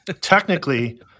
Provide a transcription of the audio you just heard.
Technically